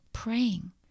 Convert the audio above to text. praying